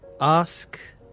ask